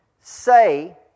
say